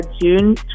June